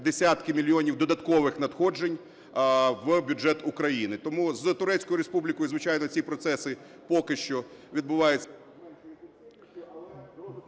десятки мільйонів додаткових надходжень в бюджет України. Тому з Турецькою Республікою, звичайно, ці процеси поки що відбуваються…